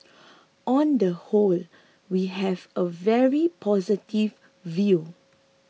on the whole we have a very positive view